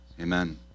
Amen